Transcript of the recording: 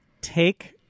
Take